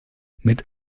mit